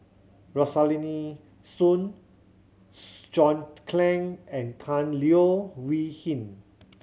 Rosaline Soon John Clang and Tan Leo Wee Hin